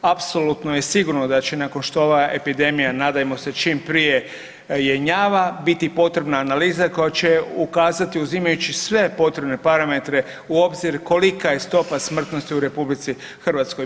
Apsolutno je sigurno da će nakon što ova epidemija nadajmo se čim prije jenjava biti potrebna analiza koja će ukazati uzimajući sve potrebne parametre u obzir kolika je stopa smrtnosti u Republici Hrvatskoj.